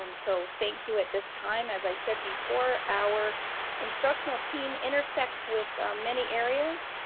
um so thank you at this time. as i said before, our instructional team intersects with many areas,